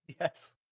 Yes